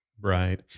Right